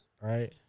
right